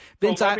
Vince